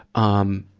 um,